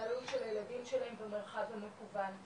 בהתנהלות של הילדים שלהם במרחב המקוון,